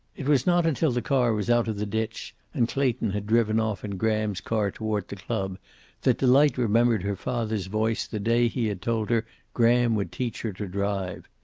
it was not until the car was out of the ditch, and clayton had driven off in graham's car toward the club that delight remembered her father's voice the day he had told her graham would teach her to drive.